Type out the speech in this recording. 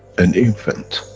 an infant,